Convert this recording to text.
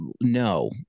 no